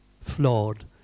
flawed